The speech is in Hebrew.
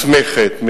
מוסמכת,